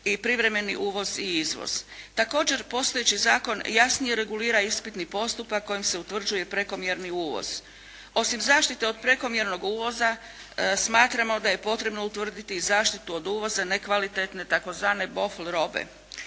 i privremeni uvoz i izvoz. Također postojeći zakon jasnije regulira ispitni postupak kojim se utvrđuje prekomjerni uvoz. Osim zaštite od prekomjernog uvoza smatramo da je potrebno utvrditi i zaštitu od uvoza nekvalitetne tzv. bofl robe